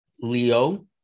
Leo